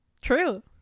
True